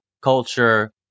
culture